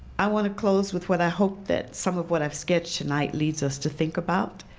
i want to close with what i hope that some of what i've sketched tonight leads us to think about.